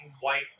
white